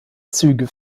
züge